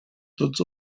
tots